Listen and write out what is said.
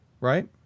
right